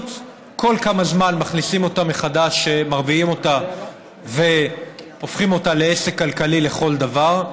כל כמה זמן מרביעים אותה והופכים אותה לעסק כלכלי לכל דבר,